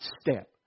step